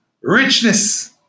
richness